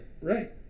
Right